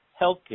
healthcare